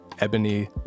Ebony